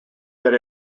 that